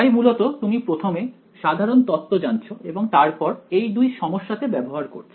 তাই মূলত তুমি প্রথমে সাধারণ তত্ত্ব জানছো এবং তারপর এই দুই সমস্যাতে ব্যবহার করছ